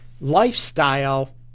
lifestyle